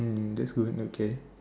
mm that's good okay